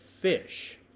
Fish